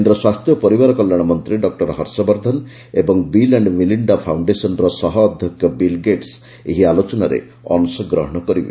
କେନ୍ଦ୍ର ସ୍ୱାସ୍ଥ୍ୟ ଓ ପରିବାର କଲ୍ୟାଣ ମନ୍ତ୍ରୀ ଡକ୍କର ହର୍ଷବର୍ଦ୍ଧନ ଏବଂ ବିଲ୍ ଆଣ୍ଡ୍ ମିଲିଣ୍ଡା ଫାଉଣ୍ଡେସନ୍ର ସହ ଅଧ୍ୟକ୍ଷ ବିଲ୍ଗେଟ୍ସ ଏହି ଆଲୋଚନାରେ ଅଂଶ ଗ୍ରହଣ କରିବେ